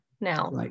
now